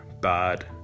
bad